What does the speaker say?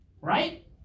Right